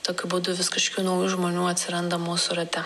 tokiu būdu vis kažkokių naujų žmonių atsiranda mūsų rate